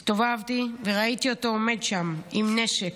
הסתובבתי וראיתי אותו עומד שם עם נשק.